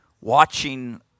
watching